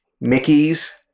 Mickey's